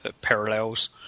Parallels